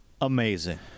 amazing